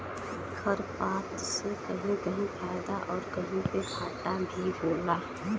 खरपात से कहीं कहीं फायदा आउर कहीं पे घाटा भी होला